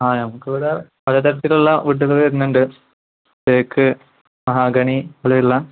ആ നമുക്കിവിടെ പലതരത്തിലുള്ള വുഡ്ഡുകൾ വരുന്നുണ്ട് തേക്ക് മഹാഗണി ഇവിടെയുള്ള